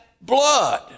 blood